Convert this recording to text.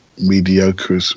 mediocre